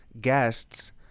guests